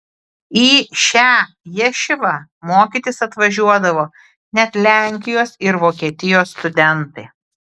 į šią ješivą mokytis atvažiuodavo net lenkijos ir vokietijos studentai